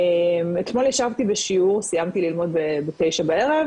אתמול ישבתי בשיעור סיימתי ללמוד בתשע בערב